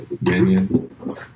Minion